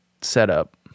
setup